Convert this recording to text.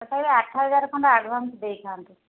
ତଥାପି ଆଠ ହଜାର ଖଣ୍ଡେ ଆଡ଼ଭାନ୍ସ ଦେଇଥାନ୍ତୁ